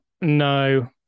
No